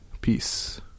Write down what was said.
Peace